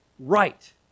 right